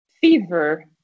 fever